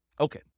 Okay